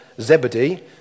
Zebedee